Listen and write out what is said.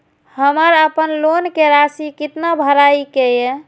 हमर अपन लोन के राशि कितना भराई के ये?